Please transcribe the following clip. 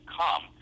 come